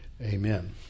Amen